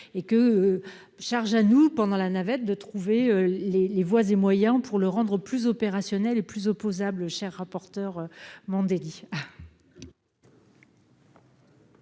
et que, charge à nous pendant la navette de trouver les les voies et moyens pour le rendre plus opérationnel et plus opposable cher rapporteur Mandelli.